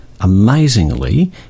Amazingly